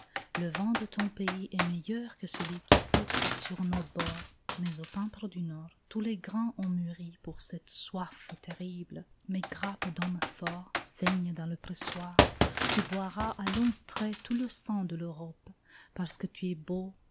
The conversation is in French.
le vin de ton pays est meilleur que celui qui pousse sur nos bords mais aux pampres du nord tous les grains ont mûri pour cette soif terrible mes grappes d'hommes forts saignent dans le pressoir tu boiras à longs traits tout le sang de l'europe parce que tu es beau